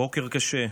בוקר קשה.